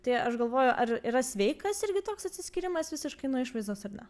tai aš galvoju ar yra sveikas irgi toks atsiskyrimas visiškai nuo išvaizdos ar ne